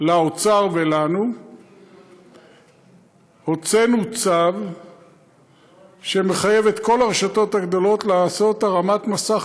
לאוצר ולנו הוצאנו צו שמחייב את כל הרשתות הגדולות לעשות הרמת מסך